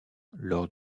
lors